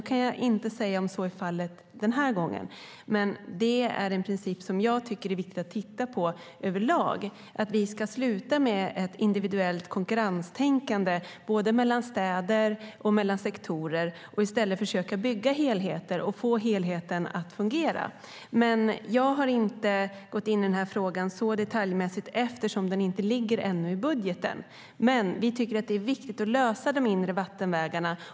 Jag kan inte säga om så är fallet den här gången, men det är en princip som jag tycker är viktig att titta på överlag. Vi behöver sluta med det individuella konkurrenstänkande som finns både mellan städer och mellan sektorer och i stället försöka bygga helheter och få dem att fungera. Jag har inte i detalj satt mig in i den här frågan eftersom den ännu inte ligger i budgeten. Vi tycker att det är viktigt att lösa frågan om de inre vattenvägarna.